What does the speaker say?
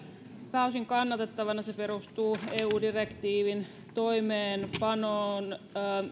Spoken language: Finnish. pääosin kannatettavana se perustuu eu direktiivin toimeenpanoon